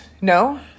no